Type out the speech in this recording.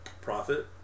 profit